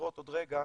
אותם עוד רגע,